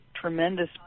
tremendous